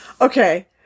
Okay